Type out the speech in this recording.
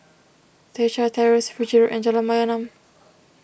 Teck Chye Terrace Fiji Road and Jalan Mayaanam